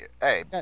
Hey